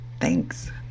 Thanks